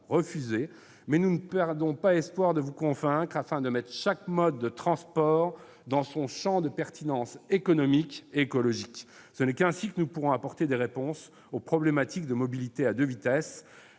mais nous ne perdons pas espoir de vous convaincre afin de mettre chaque mode de transport dans son champ de pertinence économique et écologique. Ce n'est qu'ainsi que nous pourrons apporter des réponses aux problématiques de mobilités à deux vitesses.